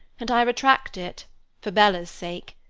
and i retract it for bella's sake.